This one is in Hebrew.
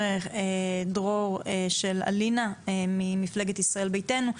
דרור של אלינה ממפלגת ישראל ביתנו,